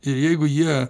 ir jeigu jie